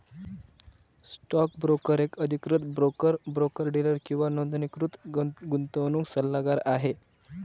stock broker एक अधिकृत broker, broker dealer किंवा नोंदणीकृत गुंतवणूक सल्लागार आहे